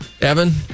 Evan